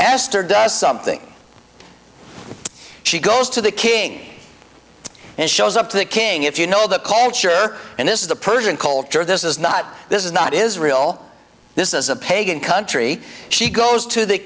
astor does something she goes to the king and shows up to the king if you know the culture and this is the persian culture this is not this is not israel this is a pagan country she goes to the